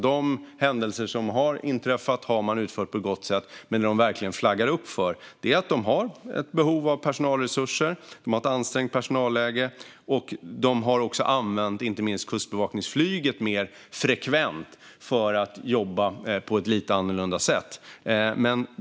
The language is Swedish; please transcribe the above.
Det som de verkligen flaggar för är att de har behov av personalresurser. De har ett ansträngt personalläge. De har också använt inte minst kustbevakningsflyget mer frekvent för att jobba på ett lite annorlunda sätt.